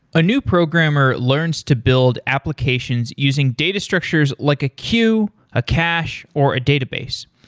a new programmer learns to build applications using data structures like a queue, a cache, or a database.